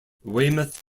weymouth